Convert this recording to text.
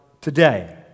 today